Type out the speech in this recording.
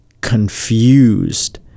confused